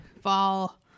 Fall